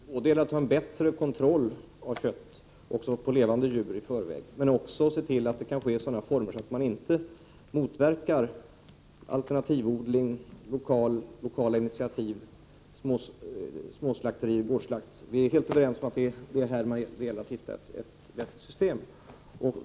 Herr talman! På sikt tror jag mycket väl på målsättningen att ha en bättre kontroll av kött — också beträffande levande djur — och att den här verksamheten kan ske i sådana former att man inte motverkar alternativ odling, lokala initiativ, småslakterier och gårdsslakt. Vi är således helt överens om att det här gäller att hitta ett vettigt system.